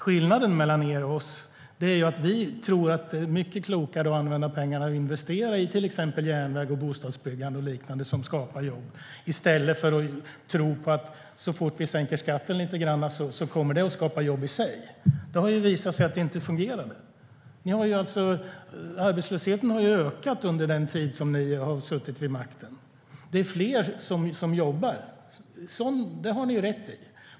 Skillnaden mellan er och oss är att vi tror att det är klokt att använda pengarna till att investera i till exempel järnvägar, bostadsbyggande och liknande som skapar jobb, medan ni tror att så fort vi sänker skatten lite grann kommer det att skapa jobb i sig. Det har ju visat sig att det inte fungerade. Arbetslösheten har ju ökat under den tid som ni har suttit vid makten. Det är fler som jobbar; det har ni rätt i.